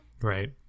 Right